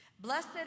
Blessed